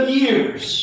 years